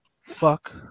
fuck